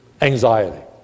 anxiety